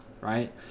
right